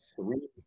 three